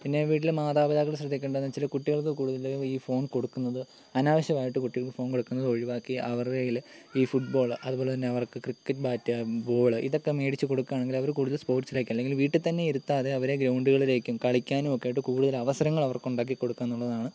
പിന്നെ വീട്ടിൽ മാതാപിതാക്കൾ ശ്രദ്ധിക്കേണ്ടതെന്ന് വെച്ചാൽ കുട്ടികൾക്ക് കൂടുതലും ഈ ഫോൺ കൊടുക്കുന്നത് അനാവശ്യമായിട്ട് കുട്ടികൾക്ക് ഫോൺ കൊടുക്കുന്നത് ഒഴിവാക്കി അവരുടെ കൈയ്യിൽ ഈ ഫുട്ബോൾ അതുപോലെതന്നെ അവർക്ക് ക്രിക്കറ്റ് ബാറ്റ് ബോൾ ഇതൊക്കെ മേടിച്ച് കൊടുക്കുകയാണെങ്കിൽ അവർ കൂടുതൽ സ്പോർട്സിലേയ്ക്ക് അല്ലെങ്കിൽ വീട്ടിൽത്തന്നെ ഇരുത്താതെ അവരെ ഗ്രൗണ്ടുകളിലേക്കും കളിക്കാനും ഒക്കെയായിട്ട് കൂടുതൽ അവസരങ്ങൾ അവർക്ക് ഉണ്ടാക്കി കൊടുക്കാമെന്നുള്ളതാണ്